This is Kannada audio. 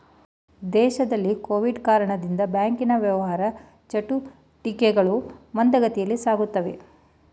ದೇಶದಲ್ಲಿ ಕೊವಿಡ್ ಕಾರಣದಿಂದ ಬ್ಯಾಂಕಿನ ವ್ಯವಹಾರ ಚಟುಟಿಕೆಗಳು ಮಂದಗತಿಯಲ್ಲಿ ಸಾಗಿವೆ